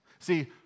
See